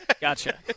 Gotcha